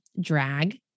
drag